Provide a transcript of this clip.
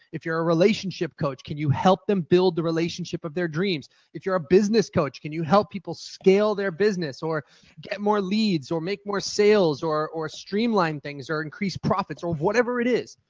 if you're a relationship coach, can you help them build the relationship of their dreams? if you're a business coach, can you help people scale their business or get more leads or make more sales or or streamline things or increase profits or whatever it is?